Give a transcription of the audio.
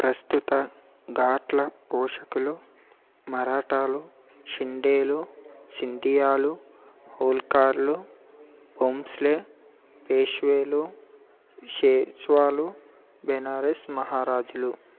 ప్రస్తుత ఘాట్ల పోషకులు మరాఠాలు షిండేలు సింథియాలు హోల్కర్లు భోంస్లే పేష్వేలు పేష్వాలు బెనారస్ మహారాజులు